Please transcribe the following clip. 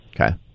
Okay